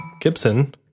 Gibson